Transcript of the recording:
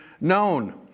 known